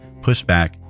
pushback